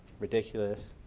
ridiculous